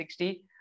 60